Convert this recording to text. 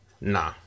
Nah